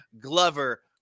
Glover